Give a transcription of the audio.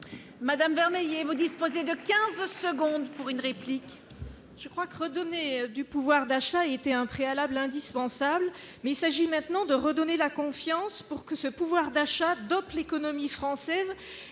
Madame vermeil et vous disposez de 15 secondes pour une réplique. Je crois que redonner du pouvoir d'achat était un préalable indispensable mais il s'agit maintenant de redonner la confiance pour que ce pouvoir d'achat dope l'économie française